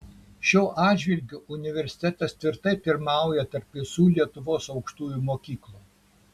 šiuo atžvilgiu universitetas tvirtai pirmauja tarp visų lietuvos aukštųjų mokyklų